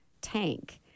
tank